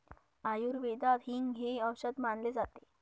आयुर्वेदात हिंग हे औषध मानले जाते